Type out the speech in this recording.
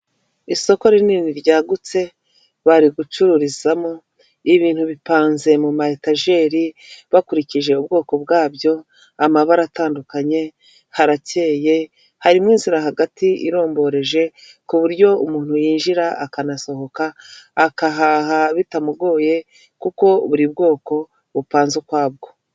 Isoko rinini ryagutse bari gucururizamo, ibintu bipanze mu mayetajeri bakurikije ubwoko bwabyo, amabara atandukanye, harakeye, harimo inzira hagati iromboreje, ku buryo umuntu yinjira akanasohoka, agahaha bitamugoye kuko buri bwoko bupanze ukwabwo.